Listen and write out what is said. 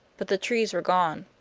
but the trees were gone.